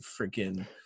freaking